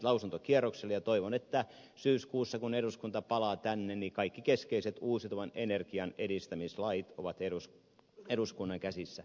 toivon että syyskuussa kun eduskunta palaa tänne kaikki keskeiset uusiutuvan energian edistämislait ovat eduskunnan käsissä